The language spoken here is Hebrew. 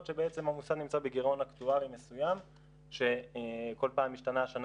שבעצם המוסד נמצא בגירעון אקטוארי מסוים שכל פעם משתנה השנה